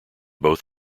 both